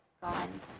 gone